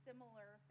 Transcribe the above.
Similar